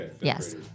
Yes